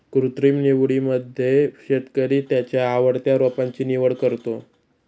कृत्रिम निवडीमध्ये शेतकरी त्याच्या आवडत्या रोपांची निवड करतो